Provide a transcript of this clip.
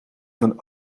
van